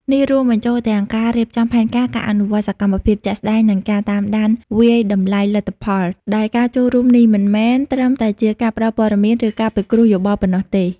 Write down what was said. នេះរួមបញ្ចូលទាំងការរៀបចំផែនការ ការអនុវត្តសកម្មភាពជាក់ស្ដែង និងការតាមដានវាយតម្លៃលទ្ធផល ដែលការចូលរួមនេះមិនមែនត្រឹមតែជាការផ្ដល់ព័ត៌មាន ឬការពិគ្រោះយោបល់ប៉ុណ្ណោះទេ។